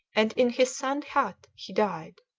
and in his sand-hut he died.